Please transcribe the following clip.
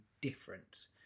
different